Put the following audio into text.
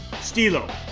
Stilo